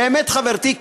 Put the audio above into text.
באמת חברתי,